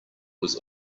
was